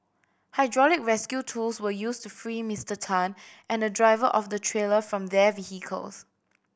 hydraulic rescue tools were used to free Mister Tan and the driver of the trailer from their vehicles